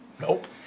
Nope